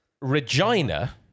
Regina